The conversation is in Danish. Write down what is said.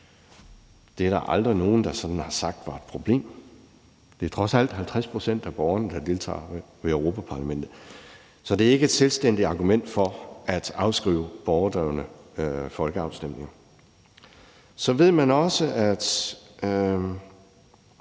Det er der aldrig nogen der sådan har sagt var et problem. Det er trods alt 50 pct. af borgerne, der deltager ved europaparlamentsvalg. Så det er ikke et selvstændigt argument for at afskrive borgerdrevne folkeafstemninger. Så ved man også, at